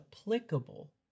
applicable